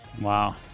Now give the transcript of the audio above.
Wow